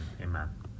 Amen